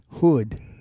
hood